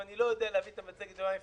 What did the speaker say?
אני לא יודע להביא את המצגת יומיים לפני,